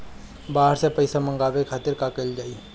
बाहर से पइसा मंगावे के खातिर का कइल जाइ?